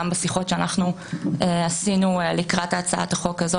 גם בשיחות שאנחנו עשינו לקראת הצעת החוק הזאת,